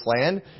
land